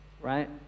Right